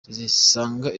zisaga